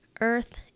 earth